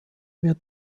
wird